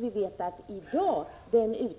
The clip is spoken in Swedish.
Vi vet också att den utbildning